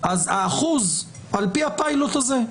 האחוז על פי הפיילוט הזה,